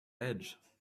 edge